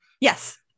Yes